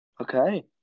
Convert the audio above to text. Okay